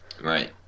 Right